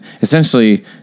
essentially